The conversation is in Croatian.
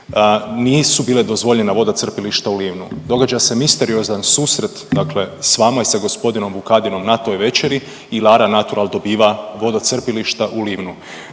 nisu bila dozvoljena vodocrpilišta u Livnu, događa se misteriozan susret s vama i s g. Vukadinom na toj večeri i Lara Natural dobiva vodocrpilišta u Livnu.